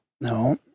No